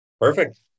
Perfect